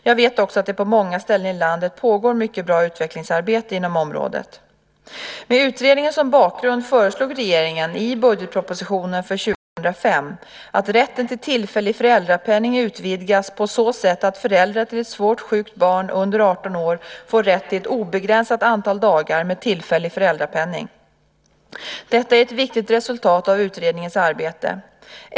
Jag vet också att det på många ställen i landet pågår mycket bra utvecklingsarbete inom området. Med utredningen som bakgrund föreslog regeringen i budgetpropositionen för 2005 att rätten till tillfällig föräldrapenning utvidgas på så sätt att föräldrar till ett svårt sjukt barn under 18 år får rätt till ett obegränsat antal dagar med tillfällig föräldrapenning. Detta är ett viktigt resultat av utredningens arbete.